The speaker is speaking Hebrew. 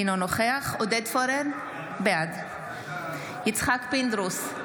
אינו נוכח עודד פורר, בעד יצחק פינדרוס,